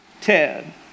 Ted